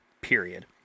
Period